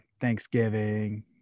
Thanksgiving